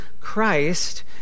Christ